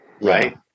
right